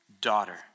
Daughter